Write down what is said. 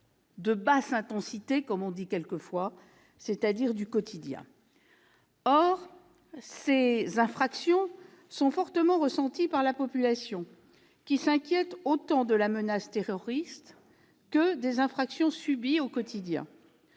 de basse intensité », c'est-à-dire du quotidien. Or ces infractions sont fortement ressenties par la population, qui s'inquiète autant de la menace terroriste que des infractions subies au quotidien.